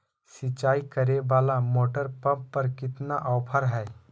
सिंचाई करे वाला मोटर पंप पर कितना ऑफर हाय?